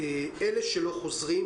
אלה שלא חוזרים,